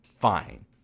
fine